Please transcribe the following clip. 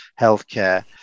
healthcare